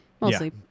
mostly